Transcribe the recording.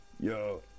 Yo